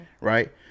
right